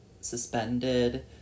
suspended